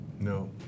No